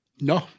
No